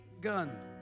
gun